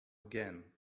again